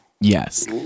Yes